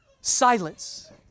Silence